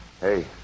Hey